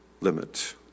limit